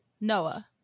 Noah